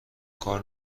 کار